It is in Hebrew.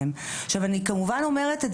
שאני מחייב בחוק לעשות הכשרה?